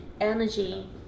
energy